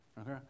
Okay